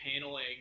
paneling